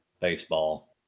baseball